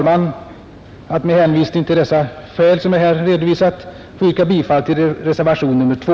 Med hänvisning till de skäl som jag här har redovisat ber jag, herr talman, att få yrka bifall till reservationen 2.